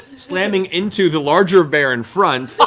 slamming into the larger bear in front.